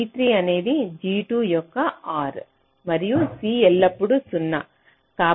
G3 అనేది G2 యొక్క OR మరియు c ఎల్లప్పుడూ 0